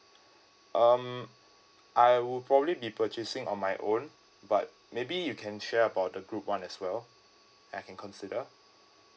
um I would probably be purchasing on my own but maybe you can share about the group one as well I can consider